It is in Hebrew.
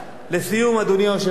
לסיום, אדוני היושב-ראש,